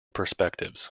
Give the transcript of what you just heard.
perspectives